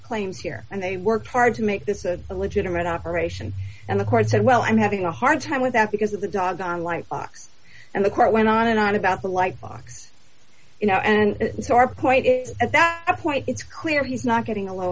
claims here and they worked hard to make this a legitimate operation and the court said well i'm having a hard time with that because of the dogs down like fox and the court went on and on about the lightbox you know and so our point is at that point it's clear he's not getting a l